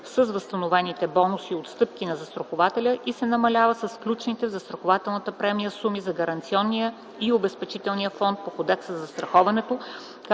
с възстановените бонуси и отстъпки на застрахователя и се намалява с включените в застрахователната премия суми за Гаранционния и Обезпечителния фонд по Кодекса за застраховането,